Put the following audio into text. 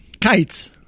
kites